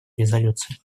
резолюции